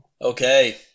Okay